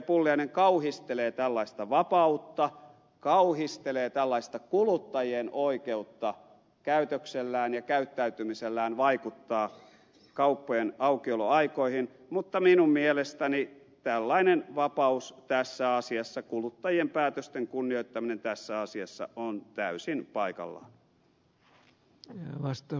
pulliainen kauhistelee tällaista vapautta kauhistelee tällaista kuluttajien oikeutta käytöksellään ja käyttäytymisellään vaikuttaa kauppojen aukioloaikoihin mutta minun mielestäni tällainen vapaus tässä asiassa kuluttajien päätösten kunnioittaminen tässä asiassa on täysin paikallaan